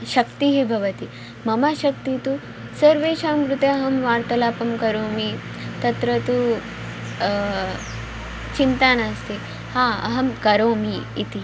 शक्तिः भवति मम शक्तिः तु सर्वेषां कृते अहं वार्तलापं करोमि तत्र तु चिन्ता नास्ति हा अहं करोमि इति